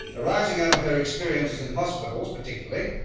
arising out of her experiences in hospitals particularly,